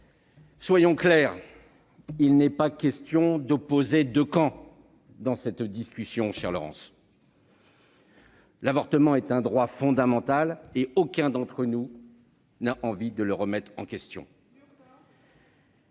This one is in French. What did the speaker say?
soyons clairs : il n'est pas question d'opposer deux camps dans cette discussion. L'avortement est un droit fondamental, et aucun d'entre nous n'a envie de le remettre en question.